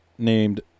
named